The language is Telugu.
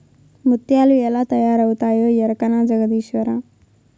ముత్యాలు ఎలా తయారవుతాయో ఎరకనా జగదీశ్వరా